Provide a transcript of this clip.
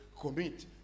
commit